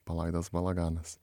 palaidas balaganas